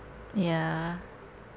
ya